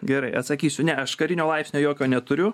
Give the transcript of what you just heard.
gerai atsakysiu ne aš karinio laipsnio jokio neturiu